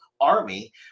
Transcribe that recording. army